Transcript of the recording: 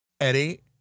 Eddie